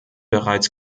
bereits